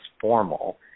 formal